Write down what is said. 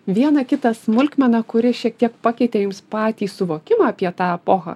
vieną kitą smulkmeną kuri šiek tiek pakeitė jums patį suvokimą apie tą epochą